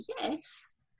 yes